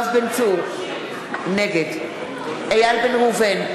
נגד איל בן ראובן,